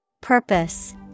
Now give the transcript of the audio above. Purpose